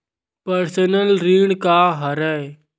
Personal ऋण का हरय?